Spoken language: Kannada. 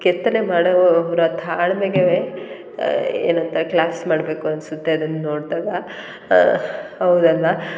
ಕೆತ್ತನೆ ಮಾಡೋ ಅವರ ತಾಳ್ಮೆಗೆ ಏನು ಅಂತ ಕ್ಲ್ಯಾಪ್ಸ್ ಮಾಡಬೇಕು ಅನಿಸುತ್ತೆ ಅದನ್ನು ನೋಡಿದಾಗ ಹೌದಲ್ಲವಾ